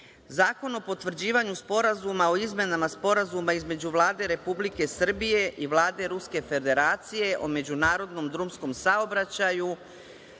imamo. Zakon o potvrđivanju Sporazuma o izmenama Sporazuma između Vlade Republike Srbije i Vlade Ruske Federacije o međunarodnom drumskom saobraćaju,